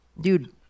dude